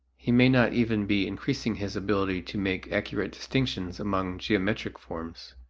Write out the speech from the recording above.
he may not even be increasing his ability to make accurate distinctions among geometrical forms,